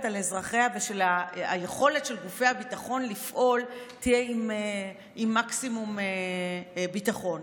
על אזרחיה ושהיכולת גופי הביטחון לפעול תהיה עם מקסימום ביטחון: